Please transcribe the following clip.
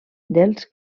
dels